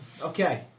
Okay